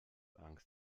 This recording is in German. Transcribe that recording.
angst